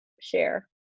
share